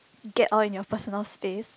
get all in your first notice